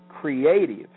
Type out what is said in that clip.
creative